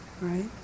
right